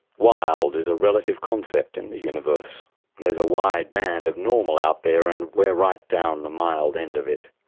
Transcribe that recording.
wild is a relative concept in the universe there's a wide band of normal out there and we're right down the mild end of it.